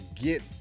get